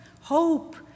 hope